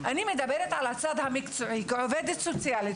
אני מדברת על הצד המקצועי כעובדת סוציאלית